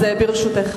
אז ברשותך.